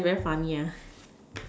but it's very funny ah